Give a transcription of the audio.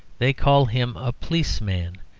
they call him a pleeceman.